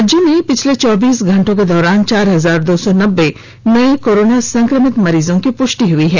राज्य में पिछले चौबीस घंटों के दौरान चार हजार दो सौ नब्बे नये कोरोना संक्रमित मरीजों की पुष्टि हुई है